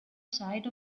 side